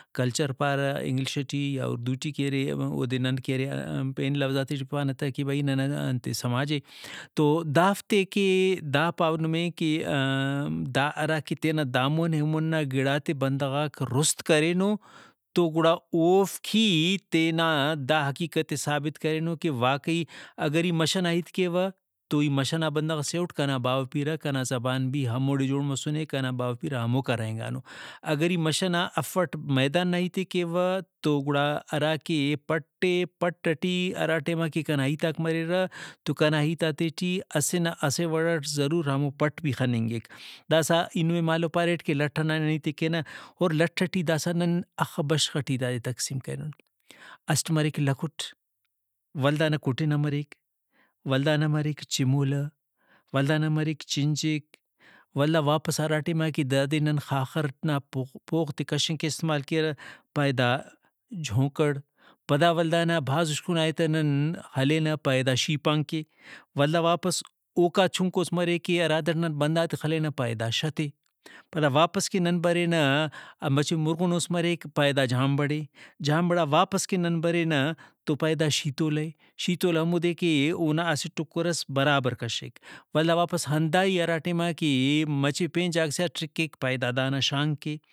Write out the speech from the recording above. کلچر پارہ English T یا اردو ٹی کہ ارے اودے نن کہ ارے پین لوظاتے ٹی پانہ تہ کہ بھئی ننا دا سماجے تو دافتے کہ دا پاو نمے کہ دا ہراکہ دیر نا دامون ایمون نا گڑاتے بندغاک رُست کرینو تو گڑا اوفک ہی تینا دا حقیقت ئے ثابت کرینو کہ واقعی اگر ای مَش ئنا ہیت کیوہ تو ای مَش ئنا بندغ سے اُٹ کنا باوہ پیرہ کنا زبان بھی ہموڑے جور مسنےکنا باوہ پیرہ ہموکا رہینگانو۔ اگر ای مَش ئنا افٹ میدان نا ہیتے کیوہ تو گڑا ہراکہ پٹ اے پٹ ٹی ہراٹائما کہ کنا ہیتاک مریرہ تو کنا ہیتاتے ٹی اسہ نہ اسہ وڑٹ ضرور ہمو پٹ بھی خننگک داسہ ای نمے مالو پاریٹ کہ لٹ ئنا نن ہیتے کینہ اور لٹ ٹی داسہ نن ہخہ بشخ ٹی دادے تقسیم کرینن۔ اسٹ مریک لکھٹ ولدا نا کُٹنہ مریک ولدانا مریک چِمولہ ولدانا مریک چنچک ولدا واپس ہرا ٹائماکہ دادے نن خاخر نا پوغ تے کشنگ کہ استعمال کیرہ پائے دا چھونکڑ پدا ولدانا بھاز اُشکنائے تہ نن ہلینہ پائے دا شیپانک اے۔ ولدا واپس اوکا چُنکوس مریک کہ ہرادے نن بندغاتے خلینہ پائے دا شت اے۔ پدا واپس کہ نن برینہ مچہ مُرغنوس مریک پائے دا جھامبڑے۔ جھامبڑا واپس کہ نن برینہ تو پائے تا شیتولہ اے۔ شیتولہ ہمودے کہ اونا اسہ ٹُکرئس برابر کشیک ولدا واپس ہنداہی ہرا ٹائماکہ مچہ پین جاگہ سے ٹرکیک پائے دا دانا شانک اے۔